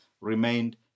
remained